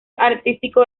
artístico